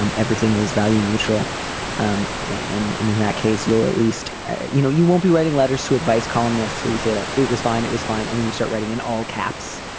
um everything is value neutral um and in in that case you'll at least you know you won't be writing letters to advice columnists where you say like it was fine it was fine and then you start writing in all caps.